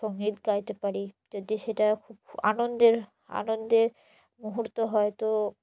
সঙ্গীত গাইতে পারি যদি সেটা খুব আনন্দের আনন্দের মুহূর্ত হয় তো